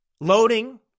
loading